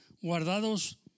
guardados